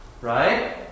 Right